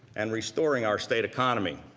and restoring our state economy.